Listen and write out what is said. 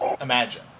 imagine